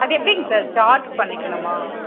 அது எப்படீங்க sir charge பண்ணிக்கணுமா